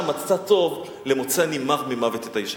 מצא טוב" ל"מוצא אני מר ממוות את האשה".